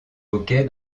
hockey